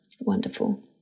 Wonderful